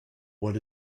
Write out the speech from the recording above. what